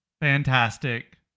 fantastic